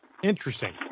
Interesting